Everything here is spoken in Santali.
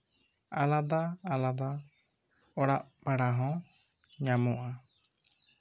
ᱟᱞᱟᱫᱟᱼᱟᱞᱟᱫᱟ ᱚᱲᱟᱜ ᱵᱷᱟᱲᱟ ᱦᱚᱸ ᱧᱟᱢᱚᱜᱼᱟ